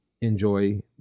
enjoy